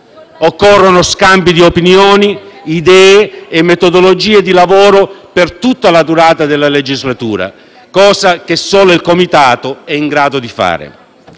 Occorrono scambi di opinioni, idee e metodologie di lavoro per tutta la durata della legislatura, cosa che solo il Comitato è in grado di fare.